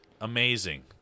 Amazing